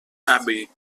abbey